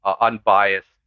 unbiased